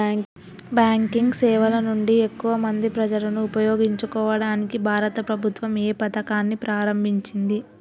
Banking సేవల నుండి ఎక్కువ మంది ప్రజలను ఉపయోగించుకోవడానికి భారత ప్రభుత్వం ఏ పథకాన్ని ప్రారంభించింది?